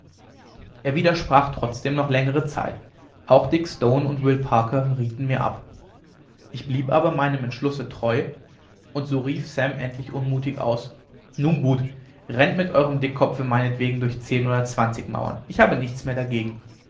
er widersprach trotzdem noch längere zeit auch dick stone und will parker rieten mir ab ich blieb aber meinem entschlusse treu und so rief sam endlich unmutig aus nun gut rennt mit eurem dickkopfe meinetwegen durch zehn oder zwanzig mauern ich habe nichts mehr dagegen